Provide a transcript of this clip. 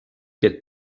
get